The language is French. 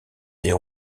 des